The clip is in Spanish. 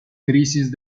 crisis